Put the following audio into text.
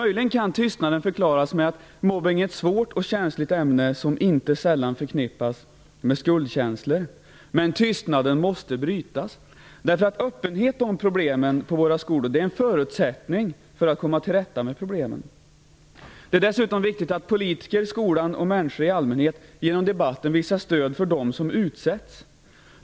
Möjligen kan tystnaden förklaras med att mobbning är ett svårt och känsligt ämne som inte sällan förknippas med skuldkänslor. Men tystnaden måste brytas. Öppenhet om problemen på våra skolor är en förutsättning för att man skall kunna komma till rätta med problemen. Det är dessutom viktigt att politiker, skolan och människor i allmänhet genom debatten visar stöd för dem som utsätts.